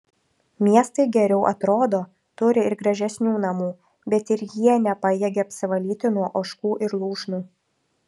miestai geriau atrodo turi ir gražesnių namų bet ir jie nepajėgia apsivalyti nuo ožkų ir lūšnų